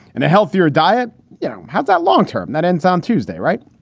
and a healthier diet yeah has that long term that ends on tuesday. right.